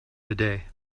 today